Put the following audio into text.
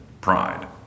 pride